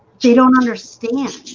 they don't understand